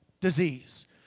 disease